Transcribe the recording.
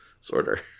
sorter